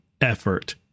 effort